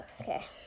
Okay